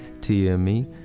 T-M-E